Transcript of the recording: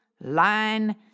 line